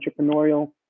entrepreneurial